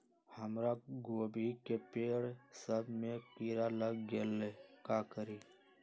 हमरा गोभी के पेड़ सब में किरा लग गेल का करी?